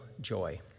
joy